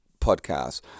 podcast